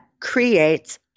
creates